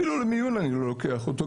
אפילו למיון אני לא לוקח אותו,